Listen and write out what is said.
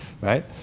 right